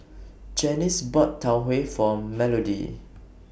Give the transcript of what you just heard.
Janice bought Tau Huay For Melodie